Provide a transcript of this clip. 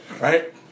right